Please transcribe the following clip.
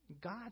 God